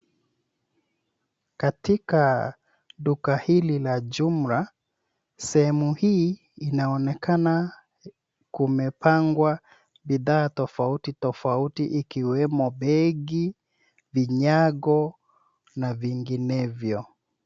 Katika duka hili la jumla, sehemu hii inaonekana kumepangwa bidhaa tofauti tofauti ikiwemo: begi, vinyago na vinginevyo.